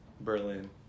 Berlin